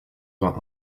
vingt